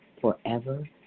forever